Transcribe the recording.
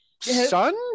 son